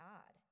God